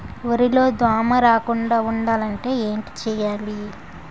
వరిలో దోమ రాకుండ ఉండాలంటే ఏంటి చేయాలి?